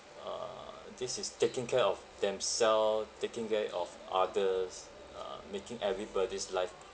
uh this is taking care of themselves taking care of others uh making everybody's life